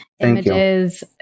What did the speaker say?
images